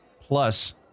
plus